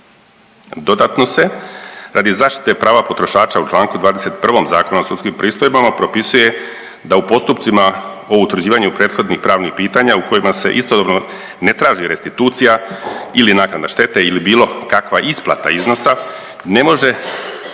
Dodatno se radi zaštite prava potrošača u članku 21. Zakona o sudskim pristojbama propisuje da u postupcima o utvrđivanju prethodnih pravnih pitanja u kojima se istodobno ne traži restitucija ili naknada štete ili bilo kakva isplata iznosa ne može